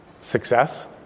success